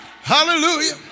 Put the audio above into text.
Hallelujah